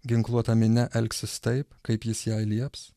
ginkluota minia elgsis taip kaip jis jai lieps